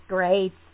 Great